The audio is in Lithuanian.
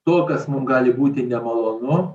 to kas mum gali būti nemalonu